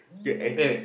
you're acting